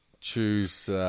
choose